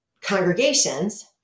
congregations